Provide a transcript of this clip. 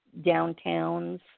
downtowns